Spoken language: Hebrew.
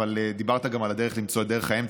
אבל דיברת גם על הדרך למצוא את דרך האמצע,